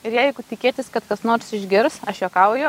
ir jeigu tikėtis kad kas nors išgirs aš juokauju